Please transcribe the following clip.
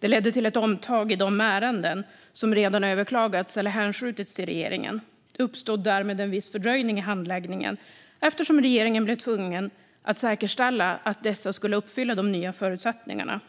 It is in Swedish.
Det ledde till ett omtag i de ärenden som redan överklagats eller hänskjutits till regeringen. Det uppstod därmed en viss fördröjning i handläggningen, eftersom regeringen blev tvungen att säkerställa att dessa skulle uppfylla de nya förutsättningarna.